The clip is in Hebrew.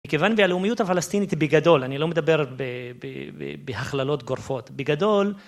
מכיוון והלאומיות הפלסטינית היא בגדול, אני לא מדבר בהכללות גורפות, בגדול.